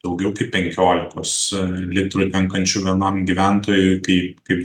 daugiau kaip penkiolikos litrų tenkančių vienam gyventojui kaip